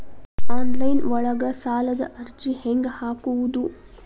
Online ಒಳಗ ಸಾಲದ ಅರ್ಜಿ ಹೆಂಗ್ ಹಾಕುವುದು?